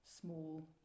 small